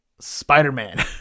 spider-man